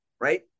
right